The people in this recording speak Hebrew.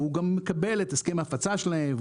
והוא גם מקבל את הסכם ההפצה שלהם,